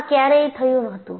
આ ક્યાંરે થયું હતું